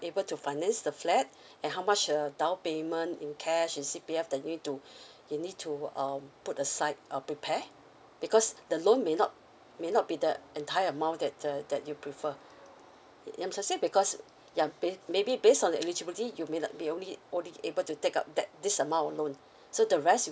able to finance the flat and how much uh down payment in cash and C_P_F that need to you need to um put aside uh prepare because the loan may not may not be the entire amount that the that you prefer ya I'm because ya base maybe based on the eligibility you may not be only only able to take up that this amount loan so the rest you